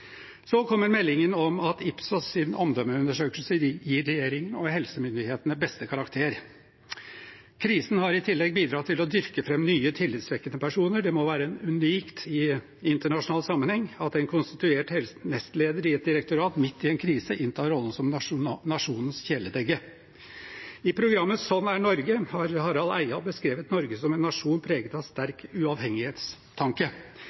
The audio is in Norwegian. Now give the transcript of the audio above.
Så kommer meldingen om at en Ipsos’ omdømmeundersøkelse gir regjeringen og helsemyndighetene beste karakter. Krisen har i tillegg bidratt til å dyrke fram nye tillitvekkende personer. Det må være unikt i internasjonal sammenheng at en konstituert nestleder i et direktorat midt i en krise inntar rollen som nasjonens kjæledegge. I programmet «Sånn er Norge» har Harald Eia beskrevet Norge som en nasjon preget av